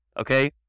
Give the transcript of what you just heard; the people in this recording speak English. okay